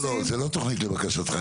הלו, זו לא תוכנית לבקשתך.